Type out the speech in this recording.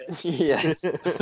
Yes